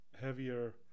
heavier